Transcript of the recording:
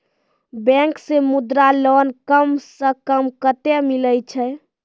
Bank से मुद्रा loan कम सऽ कम कतैय मिलैय छै?